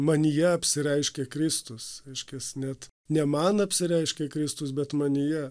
manyje apsireiškė kristus reiškias net ne man apsireiškė kristus bet manyje